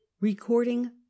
recording